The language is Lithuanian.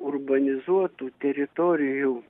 urbanizuotų teritorijų